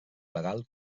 legal